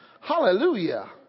Hallelujah